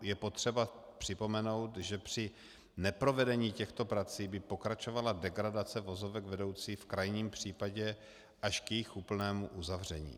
Je potřeba připomenout, že při neprovedení těchto prací by pokračovala degradace vozovek vedoucí v krajním případě až k jejich úplnému uzavření.